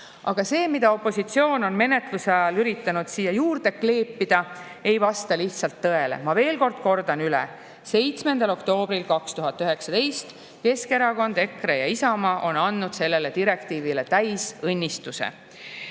Aga see, mida opositsioon on menetluse ajal üritanud siia juurde kleepida, ei vasta lihtsalt tõele. Ma kordan veel üle: 7. oktoobril 2019 on Keskerakond, EKRE ja Isamaa andnud sellele direktiivile täisõnnistuse.